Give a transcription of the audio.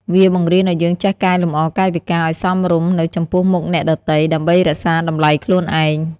វាបង្រៀនឱ្យយើងចេះកែលម្អកាយវិការឱ្យសមរម្យនៅចំពោះមុខអ្នកដទៃ ដើម្បីរក្សាតម្លៃខ្លួនឯង។